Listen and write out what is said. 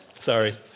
Sorry